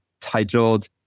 titled